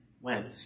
went